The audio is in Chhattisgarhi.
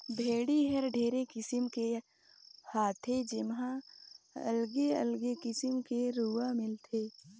भेड़ी हर ढेरे किसिम के हाथे जेम्हा अलगे अगले किसिम के रूआ मिलथे